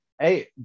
hey